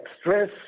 stress